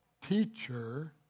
teacher